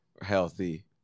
healthy